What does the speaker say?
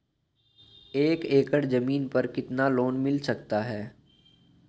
एक एकड़ जमीन पर कितना लोन मिल सकता है?